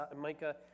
Micah